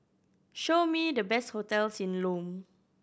show me the best hotels in Lome